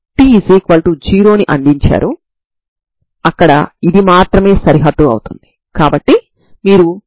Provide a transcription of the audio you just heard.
మీరు ఈ f మరియు g లపై నియమాలను విధిస్తే ఈ శ్రేణి యూనిఫార్మ్ల్య్ కన్వెర్జెంట్ అవుతుందని చూపిస్తారు